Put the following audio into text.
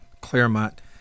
Claremont